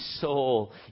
soul